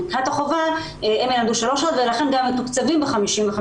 מבחינת החובה הם ילמדו שלוש שעות ולכן הם גם מתוקצבים ב-55%.